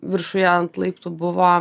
viršuje ant laiptų buvo